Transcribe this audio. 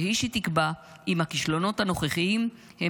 והיא שתקבע אם הכישלונות הנוכחיים הם